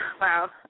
Wow